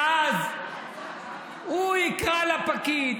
ואז הוא יקרא לפקיד